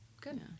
Good